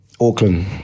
auckland